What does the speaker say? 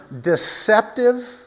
deceptive